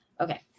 Okay